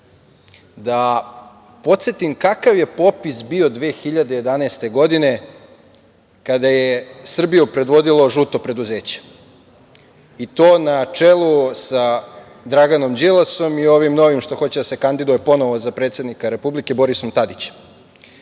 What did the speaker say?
da podsetim kakav je popis bio 2011. godine kada je Srbiju predvodilo žuto preduzeće i to na čelu sa Draganom Đilasom i ovim novim što hoće da se kandiduje ponovo za predsednika Republike, Borisom Tadićem.U